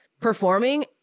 performing